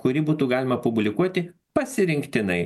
kurį būtų galima publikuoti pasirinktinai